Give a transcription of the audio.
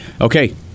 okay